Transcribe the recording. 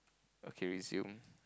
okay resume